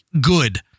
good